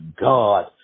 God